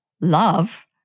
love